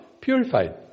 purified